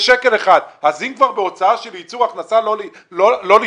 אם כבר בהוצאה של ייצור הכנסה לא להשתתף?